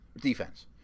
defense